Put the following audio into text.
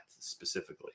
specifically